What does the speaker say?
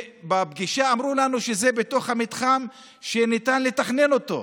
בפגישה אמרו לנו שזה בתוך המתחם שניתן לתכנן אותו,